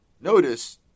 Notice